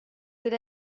good